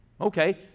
Okay